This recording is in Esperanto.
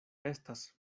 estas